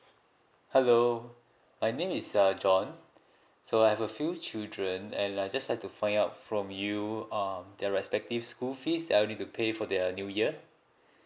hello my name is uh john so I've a few children and I just have to find out from you um their respective school fees that I'll need to pay for their new year